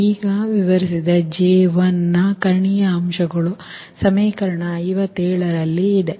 ಈಗ ವಿವರಿಸಿದ 𝐽1 ನ ಕರ್ಣೀಯ ಅಂಶಗಳು ಸಮೀಕರಣ 57ರಲ್ಲಿ ಇದೆ